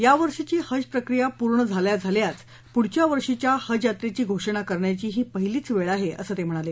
यावर्षीची हज प्रक्रिया पूर्ण झाल्या झाल्या पुढल्या वर्षाच्या हजयात्रेची घोषणा करण्याची ही पहिलीच वेळ आहे असं नक्वी म्हणाले